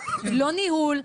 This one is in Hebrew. לא ניהול,